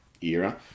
era